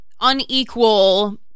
unequal